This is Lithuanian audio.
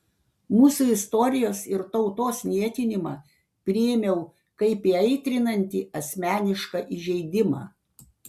mūsų istorijos ir tautos niekinimą priėmiau kaip įaitrinantį asmenišką įžeidimą